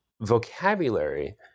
vocabulary